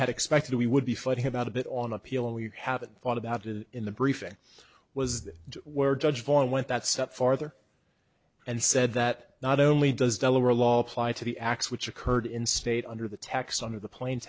had expected we would be fighting about a bit on appeal and we haven't thought about it in the briefing was that we're judged on what that step farther and said that not only does delaware law apply to the acts which occurred in state under the tax on of the pla